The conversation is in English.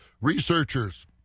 researchers